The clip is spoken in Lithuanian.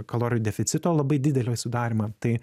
kalorijų deficito labai didelio sudarymą tai